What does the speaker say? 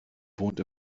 wohnt